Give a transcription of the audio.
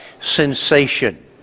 sensation